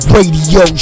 Radio